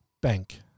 bank